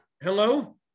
Hello